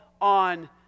on